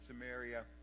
Samaria